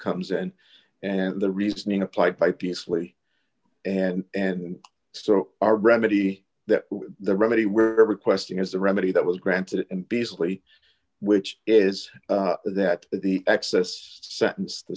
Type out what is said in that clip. comes and and the reasoning applied by peacefully and and so are remedy that the remedy where every question has the remedy that was granted and basically which is that the excess sentence t